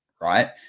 right